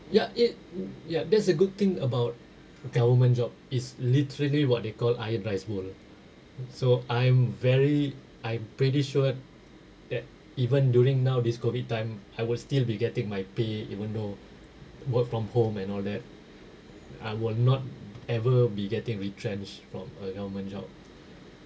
ya it ya that's a good thing about government job is literally what they call iron rice bowl so I'm very I'm pretty sure that even during now this COVID time I will still be getting my pay eventhough work from home and all that I will not ever be getting retrenched from a government job